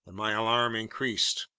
my alarm increased.